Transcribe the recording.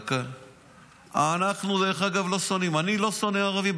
דרך אגב, אנחנו לא שונאים, אני לא שונא ערבים.